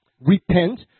repent